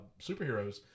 superheroes